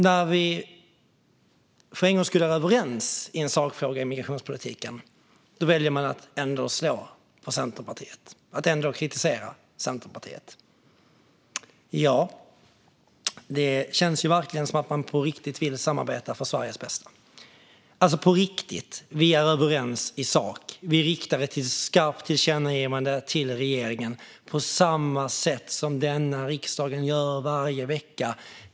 När vi för en gångs skull är överens i en sakfråga inom migrationspolitiken väljer man att ändå slå på och kritisera Centerpartiet. Ja, det känns verkligen som att man på riktigt vill samarbeta för Sveriges bästa! På riktigt - vi är överens i sak. Vi riktar ett skarpt tillkännagivande till regeringen på samma sätt som denna riksdag gör varje vecka.